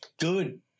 good